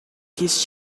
his